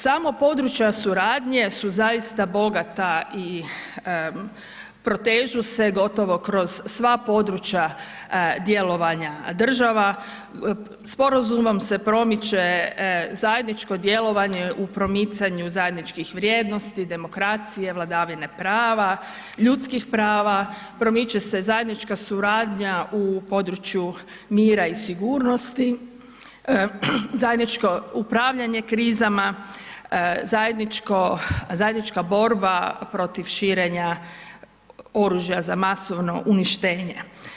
Samo područja suradnje su zaista bogata i protežu se gotovo kroz sva područja djelovanja država, sporazumom se promiče zajedničko djelovanje u promicanju zajedničkih vrijednosti, demokracije, vladavine prava, ljudskih prava, promiče se zajednička suradnja u području mira i sigurnosti, zajedničko upravljanje krizama, zajednička borba protiv širenja oružja za masovno uništenje.